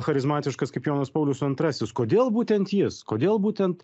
charizmatiškas kaip jonas paulius antrasis kodėl būtent jis kodėl būtent